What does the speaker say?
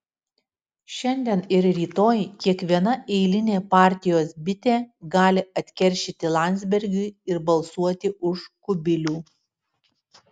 šiandien ir rytoj kiekviena eilinė partijos bitė gali atkeršyti landsbergiui ir balsuoti už kubilių